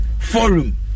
Forum